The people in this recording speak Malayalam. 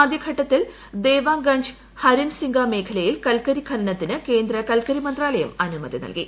ആദ്യ ഘട്ടത്തിൽ ദേവാങ്ഗഞ്ച് ഹരിൻസിംങ്ഗ മേഖലയിൽ കൽക്കരി ഖനനത്തിന് കേന്ദ്ര കൽക്കരി മന്ത്രാലയം അനുമതി നൽകി